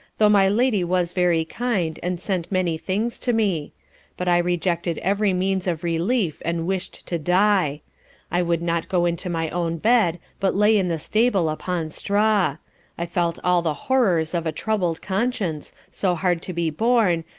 though my lady was very kind, and sent many things to me but i rejected every means of relief and wished to die i would not go into my own bed, but lay in the stable upon straw i felt all the horrors of a troubled conscience, so hard to be born,